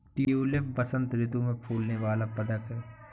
tulip बसंत ऋतु में फूलने वाला पदक है